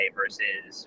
versus